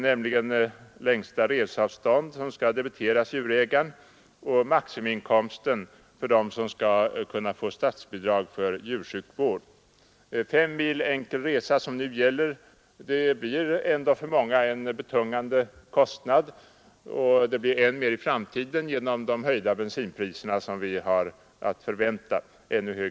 Det gäller längsta reseavstånd för vilket kostnader skall debiteras djurägaren och maximiinkomsten för dem som skall kunna få statsbidrag för djursjukvård. Fem mil enkel resa, som nu gäller, blir för många en betungande kostnad och blir det än mer i framtiden genom de ytterligare höjda bensinpriser som vi har att vänta.